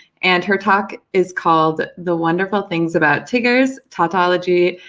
and her talk is called the wonderful things about tiggers, tautology,